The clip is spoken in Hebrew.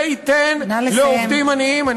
זה ייתן לעובדים עניים נא לסיים.